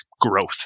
growth